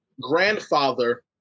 grandfather